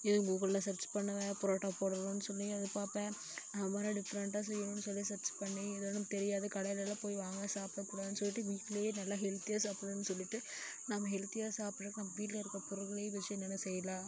இது கூகுளில் ஸர்ச் பண்ணுவேன் பரோட்டா போடணுன்னு சொல்லி அது பார்ப்பேன் அது மாதிரி டிஃப்ரெண்ட்டாக செய்யணுன்னு சொல்லி ஸர்ச் பண்ணி இதலாம் நமக்கு தெரியாது கடையிலலாம் போய் வாங்கி சாப்பிடக் கூடாதுன்னு சொல்லிவிட்டு வீட்டிலையே நல்லா ஹெல்த்தியாக சாப்பிடலான்னு சொல்லிவிட்டு நம்ம ஹெல்த்தியாக சாப்பிட நம்ம வீட்டில் இருக்கிற பொருளையே வச்சு செய்யலாம்